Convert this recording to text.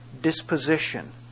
Disposition